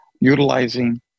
Utilizing